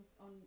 on